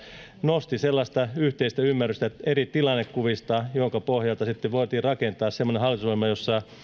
nosti sellaista yhteistä ymmärrystä eri tilannekuvista jonka pohjalta sitten voitiin rakentaa semmoinen hallitusohjelma jossa